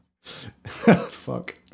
Fuck